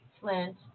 Flint